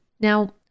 Now